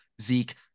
Zeke